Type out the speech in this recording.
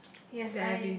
yes I